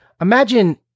imagine